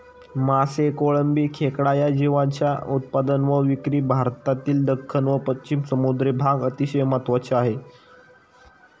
मासे, कोळंबी, खेकडा या जीवांच्या उत्पादन व विक्री भारतातील दख्खन व पश्चिम समुद्री भाग अतिशय महत्त्वाचे आहे